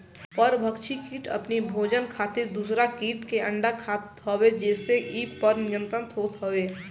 परभक्षी किट अपनी भोजन खातिर दूसरा किट के अंडा खात हवे जेसे इ पर नियंत्रण होत हवे